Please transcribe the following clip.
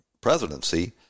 presidency